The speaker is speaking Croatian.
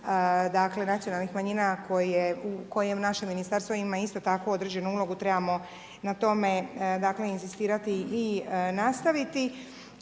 dakle, nacionalnih manjina koje u našem Ministarstvu ima isto tako određenu ulogu trebamo na tome inzistirati i nastaviti,